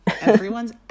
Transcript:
Everyone's